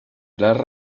pilars